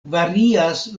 varias